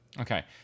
Okay